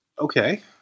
Okay